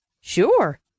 Sure